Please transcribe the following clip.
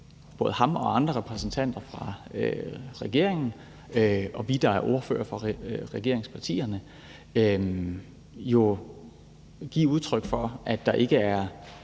hørt ham og andre repræsentanter fra regeringen og hørt os, der er ordførere for regeringspartierne, give udtryk for, at der ikke er